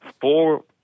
Four